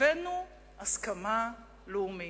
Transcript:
הבאנו הסכמה לאומית,